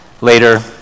later